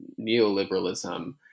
neoliberalism